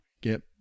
get